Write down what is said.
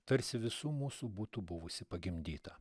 tarsi visų mūsų būtų buvusi pagimdyta